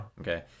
Okay